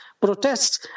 protests